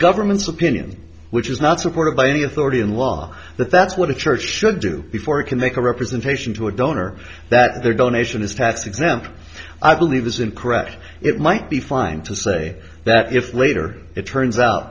government's opinion which is not supported by any authority in law that that's what a church should do before it can make a representation to a donor that their donation is tax exempt i believe is incorrect it might be fine to say that if later it turns out